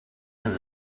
and